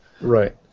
Right